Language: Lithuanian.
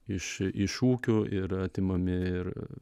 iš iš ūkių yra atimami ir